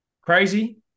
crazy